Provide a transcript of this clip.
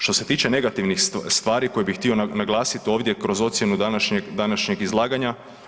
Što se tiče negativnih stvari koje bih htio naglasiti ovdje kroz ocjenu današnjeg izlaganja.